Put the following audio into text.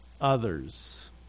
others